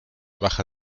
baja